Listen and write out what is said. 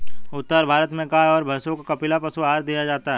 उत्तर भारत में गाय और भैंसों को कपिला पशु आहार दिया जाता है